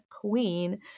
queen